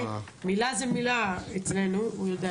מילה זה מילה אצלנו.